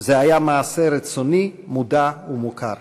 זה היה מעשה רצוני, מודע ומוכר".